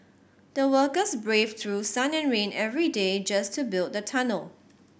the workers braved through sun and rain every day just to build the tunnel